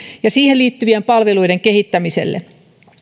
ja siihen liitty vien palveluiden kehittämiselle